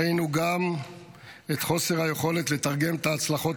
ראינו גם את חוסר היכולת לתרגם את ההצלחות